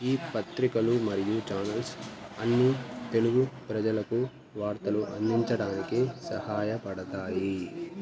ఈ పత్రికలు మరియు ఛానల్స్ అన్నీ తెలుగు ప్రజలకు వార్తలు అందించడానికే సహాయపడతాయి